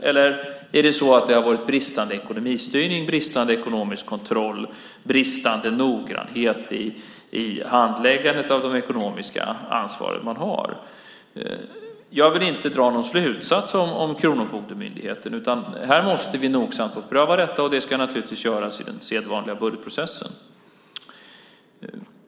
Eller har det varit bristande ekonomistyrning, bristande ekonomisk kontroll, bristande noggrannhet i handläggandet av det ekonomiska ansvar man har? Jag vill inte dra någon slutsats om Kronofogdemyndigheten. Vi måste nogsamt få pröva detta. Det ska naturligtvis göras i den sedvanliga budgetprocessen.